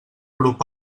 grup